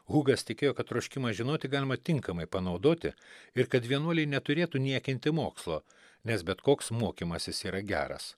hugas tikėjo kad troškimą žinoti galima tinkamai panaudoti ir kad vienuoliai neturėtų niekinti mokslo nes bet koks mokymasis yra geras